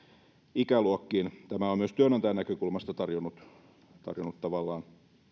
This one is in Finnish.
ikäluokkiin tämä on myös työnantajan näkökulmasta tarjonnut tavallaan